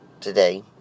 today